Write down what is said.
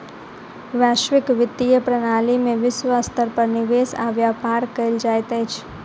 वैश्विक वित्तीय प्रणाली में विश्व स्तर पर निवेश आ व्यापार कयल जाइत अछि